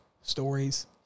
Stories